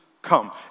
Come